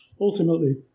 Ultimately